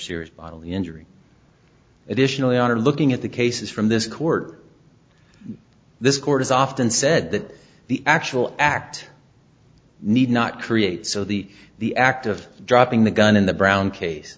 serious bodily injury edition on are looking at the cases from this court this court has often said that the actual act need not create so the the act of dropping the gun in the brown case